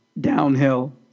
downhill